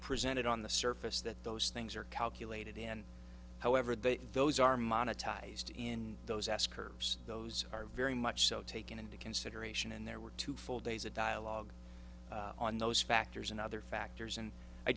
presented on the surface that those things are calculated in however that those are monetized in those s curves those are very much so taken into consideration and there were two full days of dialogue on those factors and other factors and i